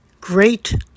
great